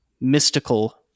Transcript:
mystical